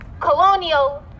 colonial